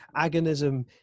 agonism